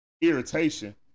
irritation